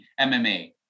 mma